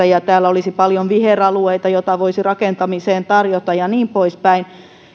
ja täällä olisi paljon viheralueita joita voisi rakentamiseen tarjota ja niin poispäin